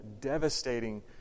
devastating